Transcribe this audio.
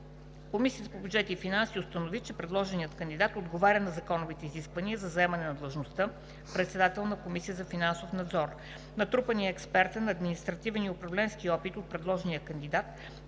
Комисията по бюджет и финанси установи, че предложеният кандидат отговаря на законовите изисквания за заемане на длъжността председател на Комисията за финансов надзор. Натрупаният експертен, административен и управленски опит от предложения кандидат,